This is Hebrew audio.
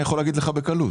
תומר לביא, בקשה.